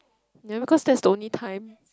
never cause that's the only time